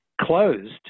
closed